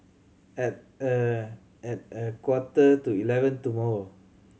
at a at a quarter to eleven tomorrow